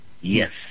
Yes